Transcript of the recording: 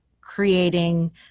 creating